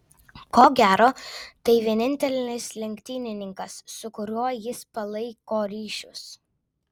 ko gero tai vienintelis lenktynininkas su kuriuo jis palaiko ryšius